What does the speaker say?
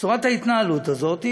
צורת ההתנהלות הזאת היא